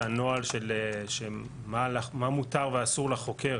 זה הנוהל של מה מותר ואסור לחוקר,